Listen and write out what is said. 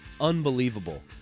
unbelievable